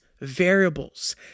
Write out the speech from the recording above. variables